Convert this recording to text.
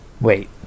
Wait